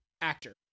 actor